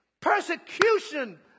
persecution